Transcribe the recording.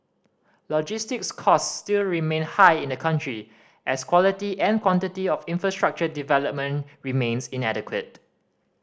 logistics costs still remain high in the country as quality and quantity of infrastructure development remains inadequate